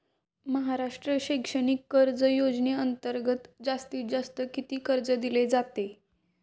महाराष्ट्र शैक्षणिक कर्ज योजनेअंतर्गत जास्तीत जास्त किती कर्ज दिले जाते?